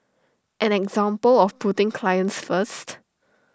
an example of putting clients first